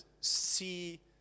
see